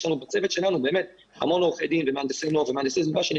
יש לנו בצוות הרבה עורכי דין ומהנדסי נוף שנכנסו